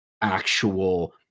actual